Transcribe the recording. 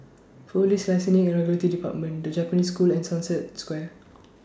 Police Licensing and Regulatory department The Japanese School and Sunset Square